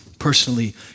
personally